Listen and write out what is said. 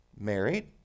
married